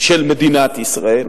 של מדינת ישראל,